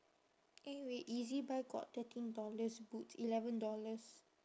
eh wait ezbuy got thirteen dollars boots eleven dollars